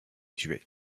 tuées